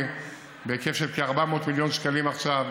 בהיקף של כ-400 מיליון שקלים עכשיו,